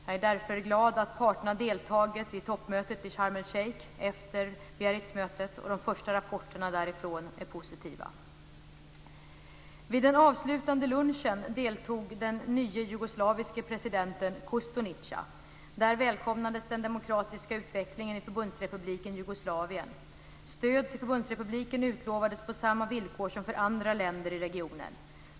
Jag är därför glad att parterna deltagit i toppmötet i Sharm el-Sheikh efter Biarritzmötet. De första rapporterna därifrån än positiva. Vid den avslutande lunchen deltog den nye jugoslaviske presidenten Kostunica. Där välkomnades den demokratiska utvecklingen i Förbundsrepubliken Jugoslavien. Stöd till förbundsrepubliken utlovades på samma villkor som för andra länder i regionen.